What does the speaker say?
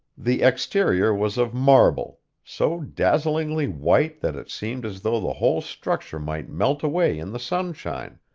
the exterior was of marble, so dazzlingly white that it seemed as though the whole structure might melt away in the sunshine,